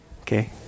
Okay